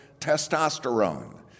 Testosterone